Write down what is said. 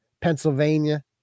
Pennsylvania